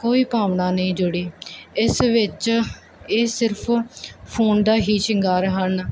ਕੋਈ ਭਾਵਨਾ ਨਹੀਂ ਜੁੜੀ ਇਸ ਵਿੱਚ ਇਹ ਸਿਰਫ ਫੋਨ ਦਾ ਹੀ ਸ਼ਿੰਗਾਰ ਹਨ